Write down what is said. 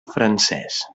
francès